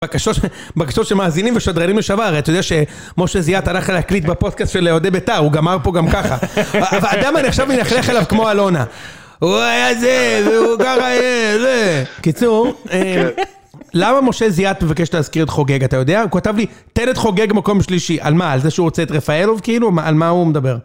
בקשות בבקשות שמאזינים השדרנים משווארת. שיש שמשה זיאת הלך להקליט בפוסטקאסט של אוהדי ביתר, הוא גמר פה גם ככה. אבל האדם הזה עכשיו מלכלך עליו כמו אלונה. הוא היה זה, והוא קרא זה ו. קיצור, למה משה זיאת מבקש להזכיר את חוגג, אתה יודע? הוא כתב לי, תן את חוגג במקום שלישי. על מה? על זה שהוא רוצה את רפאלוב? כאילו, על מה הוא מדבר?